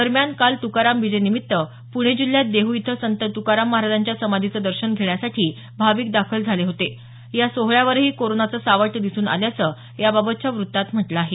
दरम्यान काल तुकाराम बीजेनिमित्त पुणे जिल्ह्यात देहू इथं संत तुकाराम महाराजांच्या समाधीचं दर्शन घेण्यासाठी भाविक दाखल झाले होते या सोहळ्यावरही कोरोनाचं सावट दिसून आल्याच याबाबतच्या वृत्तात म्हटलं आहे